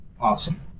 Awesome